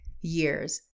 years